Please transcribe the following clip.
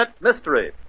mystery